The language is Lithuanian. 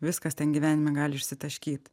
viskas ten gyvenime gali išsitaškyt